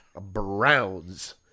Browns